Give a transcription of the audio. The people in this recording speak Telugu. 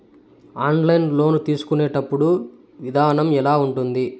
ఆన్లైన్ లోను తీసుకునేటప్పుడు విధానం ఎలా ఉంటుంది